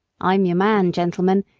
i'm your man, gentlemen!